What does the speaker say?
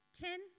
Ten